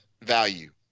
value